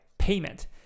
payment